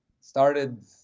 started